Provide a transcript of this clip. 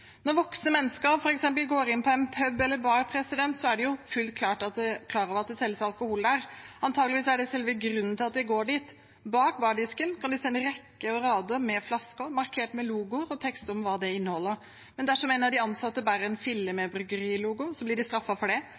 Når voksne mennesker f.eks. går inn på en pub eller bar, er de fullt klar over at det selges alkohol der. Antakeligvis er det selve grunnen til at de går dit. Bak bardisken kan de se rekker og rader med flasker markert med logo og tekst om hva de inneholder. Men dersom en av de ansatte bærer en fille med bryggerilogo, blir de straffet for det. Dersom de går med en T-skjorte med alkoholmerke på, blir de straffet for det.